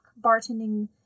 bartending